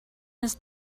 his